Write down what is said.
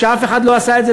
כשאף אחד לא עשה את זה,